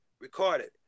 recorded